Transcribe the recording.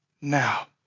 now